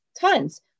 Tons